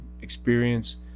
experience